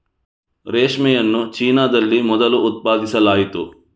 ರೇಷ್ಮೆಯನ್ನು ಚೀನಾದಲ್ಲಿ ಮೊದಲು ಉತ್ಪಾದಿಸಲಾಯಿತು